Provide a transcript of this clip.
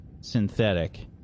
synthetic